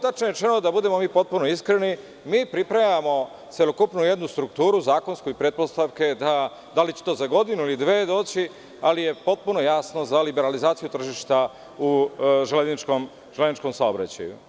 Tačnije rečeno, da budemo mi potpuno iskreni, mi pripremamo celokupnu jednu strukturu, zakonsku i pretpostavka je, da li će to za godinu ili dve doći, ali je potpuno jasno za liberalizaciju tržišta u železničkom saobraćaju.